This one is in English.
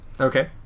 Okay